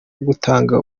gutanga